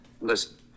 Listen